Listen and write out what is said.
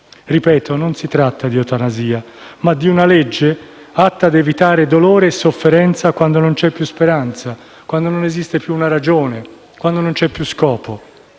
Ripeto, non si tratta di eutanasia, ma di una legge atta ad evitare dolore e sofferenza quando non c'è più speranza, quando non esiste più una ragione e non c'è più scopo.